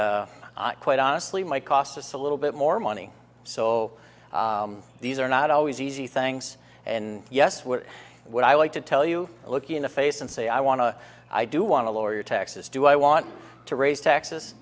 that quite honestly might cost us a little bit more money so these are not always easy things and yes we're what i like to tell you look in the face and say i want to i do want to lower your taxes do i want to raise taxes